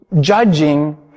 judging